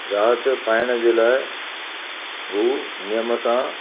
राहत पाइण जे लाइ उहो नेम सां